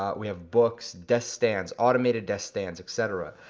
ah we have books, desk stands, automated desk stands, et cetera.